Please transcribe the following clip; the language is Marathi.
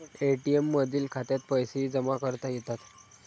ए.टी.एम मधील खात्यात पैसेही जमा करता येतात